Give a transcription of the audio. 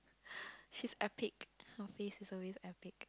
she is epic her face is always epic